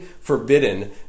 forbidden